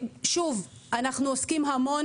שוב, אנחנו עוסקים המון